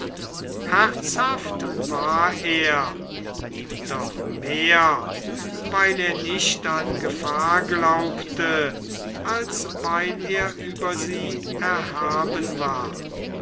herzhaft war er doch mehr weil er nicht an gefahr glaubte als weil er über sie erhaben war